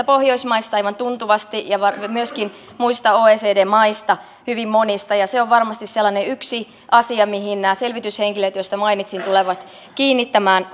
pohjoismaista aivan tuntuvasti ja myöskin muista oecd maista hyvin monista ja se on varmasti yksi sellainen asia mihin nämä selvityshenkilöt joista mainitsin tulevat kiinnittämään